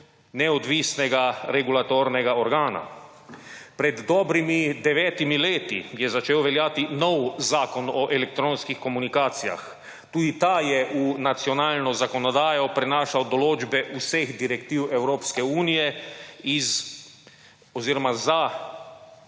neodvisnega regulatornega organa. Pred dobrimi devetimi leti je začel veljati nov zakon o elektronskih komunikacijah, tudi ta je v nacionalno zakonodajo prenašal določbe vseh direktiv Evropske unije oziroma iz